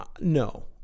No